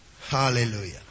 Hallelujah